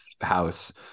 house